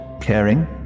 Caring